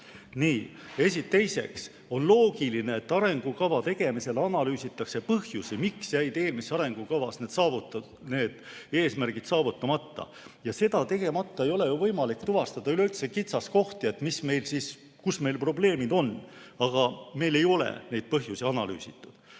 Nii, teiseks. On loogiline, et arengukava tegemisel analüüsitakse põhjusi, miks jäid eelmise arengukavaga need eesmärgid saavutamata. Seda tegemata ei ole ju üleüldse võimalik tuvastada kitsaskohti, et kus meil probleemid on. Aga meil ei ole neid põhjusi analüüsitud.